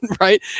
right